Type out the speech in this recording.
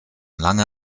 lange